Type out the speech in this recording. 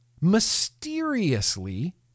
mysteriously